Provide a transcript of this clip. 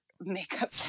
makeup